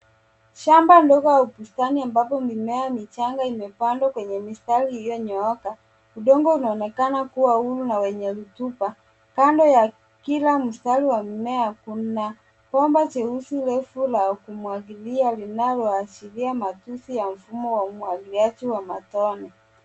Shamba ndogo au bustani ambapo mimea michanga imepandwa kwenye mistari iliyo nyooka udongo unaonekana kuwa huru na wenye rotuba. Kando ya kila mstari wa mimea kuna bomba jeusi refu la kumwagilia linalo ashiria matumizi ya mfumo ya umwagiliaji wa matone.